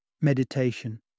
meditation